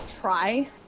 try